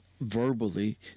verbally